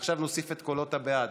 עכשיו נוסיף את הקולות בעד.